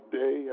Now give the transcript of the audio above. day